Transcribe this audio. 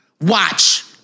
Watch